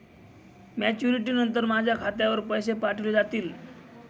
Maturity नंतर माझ्या खात्यावर पैसे पाठविले जातील?